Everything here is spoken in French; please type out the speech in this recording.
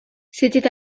c’était